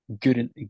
good